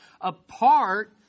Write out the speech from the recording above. apart